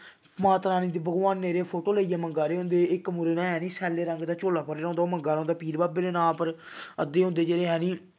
माता रानी ते भगवान दियां फोटो लेइयै मंगा दे होंदे इक मुड़े ने जानि सैल्ले रंग दा झोला फड़े हा होंदे ओह् मंगा दा होंदा पीर बाबे दे नांऽ उप्पर अद्धे होंदे जेह्ड़े जानि